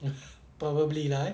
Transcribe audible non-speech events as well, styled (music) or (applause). (laughs) probably lah eh